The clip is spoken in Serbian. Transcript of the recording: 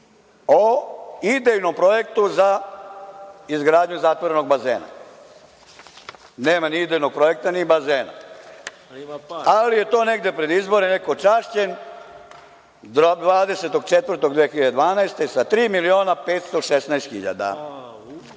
o idejnom projektu za izgradnju zatvorenog bazena. Nema ni idejnog projekta ni bazena. Ali je to negde pred izbore neko čašćen, 20.4.2012. godine sa 3.516.000.